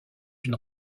une